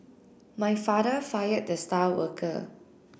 my father fired the star worker